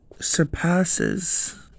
surpasses